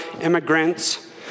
immigrants